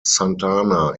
santana